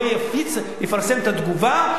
לא יפרסם את התגובה,